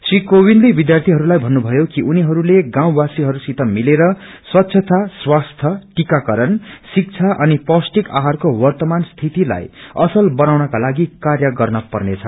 श्री कोविन्दले विध्यार्थीहरूलाई भन्नुभयो कि उनीहरूले गाउँवासीहरूसित मिलेर स्वच्छता स्वास्थ्य टिक्रकरण शिक्षा अनि पौष्टिक आहरूले वर्तमान स्थितिलाई असल बनाउनका लागि कार्य गर्न पर्नेछ